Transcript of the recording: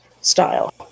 style